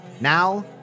Now